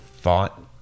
thought